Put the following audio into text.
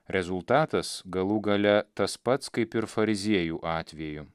rezultatas galų gale tas pats kaip ir fariziejų atveju